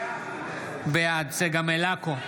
בעד צגה מלקו,